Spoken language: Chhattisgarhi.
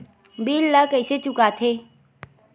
बिल ला कइसे चुका थे